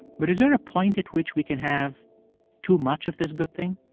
but is there a point at which we can have too much of this good thing?